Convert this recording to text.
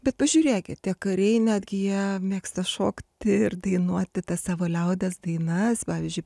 bet pažiūrėkit tie kariai netgi jie mėgsta šokti ir dainuoti tas savo liaudies dainas pavyzdžiui